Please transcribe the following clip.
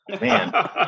Man